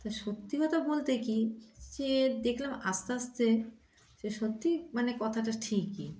তা সত্যি কথা বলতে কি সে দেখলাম আস্তে আস্তে সে সত্যি মানে কথাটা ঠিকই